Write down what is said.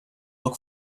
look